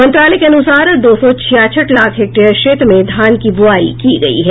मंत्रालय के अनुसार दो सौ छियासठ लाख हेक्टेयर क्षेत्र में धान की बुआई की गई है